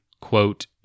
quote